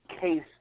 case